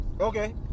Okay